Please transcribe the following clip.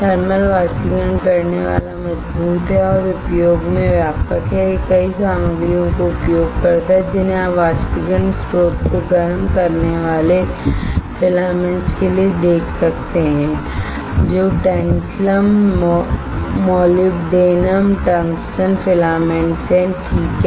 thermal बाष्पीकरण करने वाला मजबूत है और उपयोग में व्यापक है यह कई सामग्रियों का उपयोग करता है जिन्हें आप वाष्पीकरण स्रोत को गर्म करने वाले फिलामेंट्स के लिए देख सकते हैं जो टैंटलम मोलिब्डेनम टंगस्टन फिलामेंट्स हैठीक है